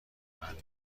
رانندگی